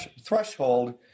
threshold